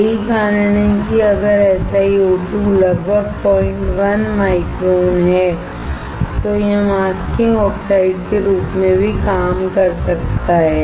यही कारण है कि अगर SiO2 लगभग 01 माइक्रोन है तो यह मास्किंग ऑक्साइड के रूप में भी काम कर सकता है